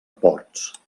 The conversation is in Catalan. ports